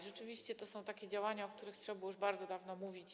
Rzeczywiście to są takie działania, o których trzeba było już bardzo dawno mówić.